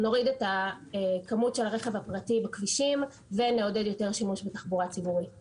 נוריד את כמות הרכב הפרטי בכבישים ונעודד יותר שימוש בתחבורה הציבורית.